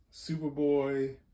Superboy